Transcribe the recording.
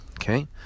Okay